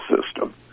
system